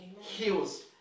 heals